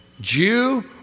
Jew